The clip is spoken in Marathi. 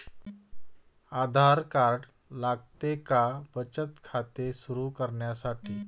आधार कार्ड लागते का बचत खाते सुरू करण्यासाठी?